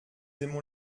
aimons